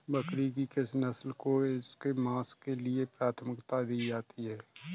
बकरी की किस नस्ल को इसके मांस के लिए प्राथमिकता दी जाती है?